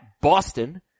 Boston